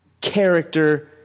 character